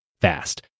fast